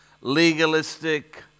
legalistic